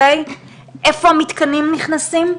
איפה המתקנים נכנסים,